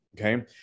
Okay